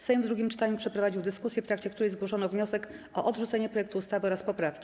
Sejm w drugim czytaniu przeprowadził dyskusję, w trakcie której zgłoszono wniosek o odrzucenie projektu ustawy oraz poprawki.